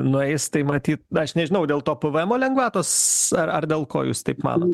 nueis tai matyt aš nežinau dėl to p v emo lengvatos ar ar dėl ko jūs taip manot